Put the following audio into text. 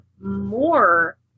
more